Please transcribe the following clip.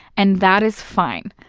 and that is fine.